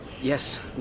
Yes